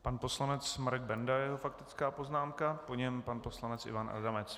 Pan poslanec Benda a jeho faktická poznámka, po něm pan poslanec Ivan Adamec.